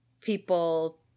people